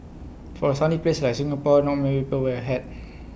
for A sunny place like Singapore not many people wear A hat